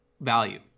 value